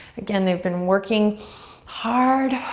again, they've been working hard.